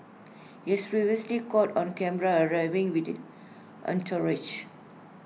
he has previously caught on camera arriving with the entourage